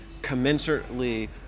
commensurately